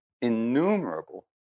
innumerable